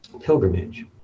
pilgrimage